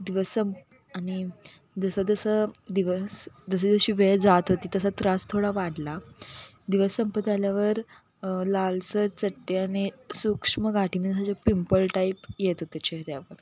दिवसंप आणि जसं जसं दिवस जसजशी वेळ जात होती तसा त्रास थोडा वाढला दिवस संपत आल्यावर लालसर चट्टे आणि सूक्ष्म गाठी मग जसे पिंपल टाईप येत होते चेहऱ्यावर